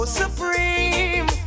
supreme